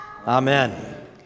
Amen